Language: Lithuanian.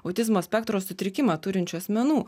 autizmo spektro sutrikimą turinčių asmenų